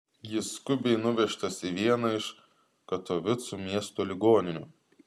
jis skubiai nuvežtas į vieną iš katovicų miesto ligoninių